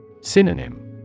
Synonym